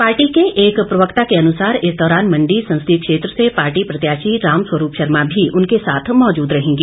party के एक प्रवक्ता के अनुसार इस दौरान मंडी संसदीय क्षेत्र से पार्टी प्रत्याशी रामस्वरूप शर्मा भी उनके साथ मौजूद रहेंगे